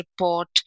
report